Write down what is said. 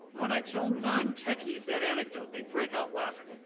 when i tell non-techies that anecdote, they break out laughing.